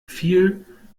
viel